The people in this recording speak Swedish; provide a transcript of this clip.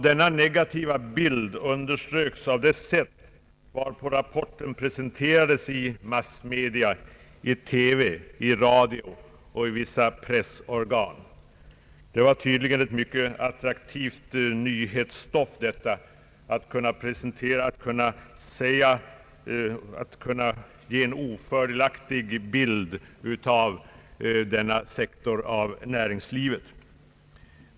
Den negativa bilden underströks av det sätt varpå rapporten presenterades i massmedia — TV, radio och vissa pressorgan. Det innebar tydligen ett mycket attraktivt nyhetsstoff att kunna ge en ofördelaktig bild av denna sektor i näringslivet.